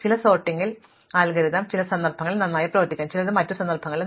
ചില sorting algorithm ചില സന്ദർഭങ്ങളിൽ നന്നായി പ്രവർത്തിക്കാം ചിലത് മറ്റ് സന്ദർഭങ്ങളിൽ